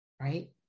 right